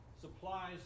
supplies